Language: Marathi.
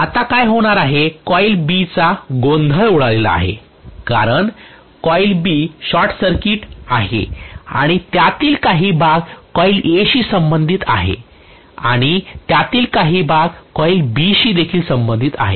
आता काय होणार आहे कॉइल B चा गोंधळ उडालेला आहे कारण कॉईल B शॉर्ट सर्किट आहे आणि त्यातील काही भाग कॉइल Aशी संबंधित आहे आणि त्यातील काही भाग कॉइल Bशी संबंधित आहे